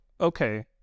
okay